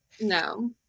No